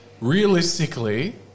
realistically